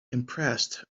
impressed